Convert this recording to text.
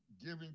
giving